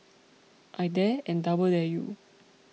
I dare and double dare you